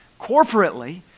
corporately